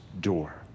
door